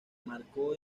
marcó